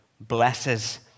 blesses